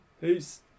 peace